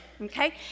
Okay